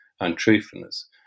untruthfulness